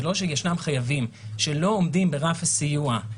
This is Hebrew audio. זה לא שישנם חייבים שלא עומדים ברף הסיוע,